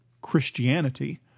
Christianity